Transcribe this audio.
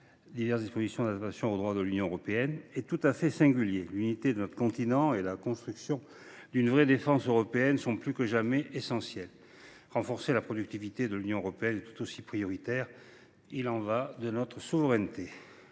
lequel nous examinons ce nouveau projet de loi Ddadue est tout à fait singulier. L’unité de notre continent et la construction d’une vraie défense européenne sont plus que jamais essentielles. Renforcer la productivité de l’Union européenne est tout aussi prioritaire : il y va de notre souveraineté.